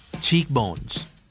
Cheekbones